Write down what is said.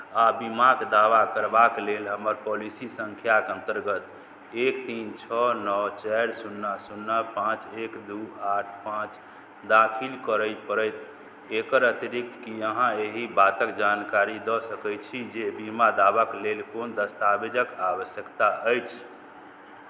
आ बीमाक दावा करबाक लेल हमर पॉलिसी सङ्ख्याक अन्तर्गत एक तीन छओ नओ चारि शुन्ना शुन्ना पाँच एक दू आठ पाँच दाखिल करय पड़ैत एकर अतिरिक्त की अहाँ एहि बातक जानकारी दऽ सकैत छी जे बीमा दावाक लेल कोन दस्तावेजक आवश्यकता अछि